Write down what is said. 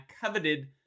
coveted